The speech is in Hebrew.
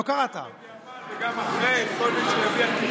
לא קראת, גם בדיעבד, וגם אחרי, לא.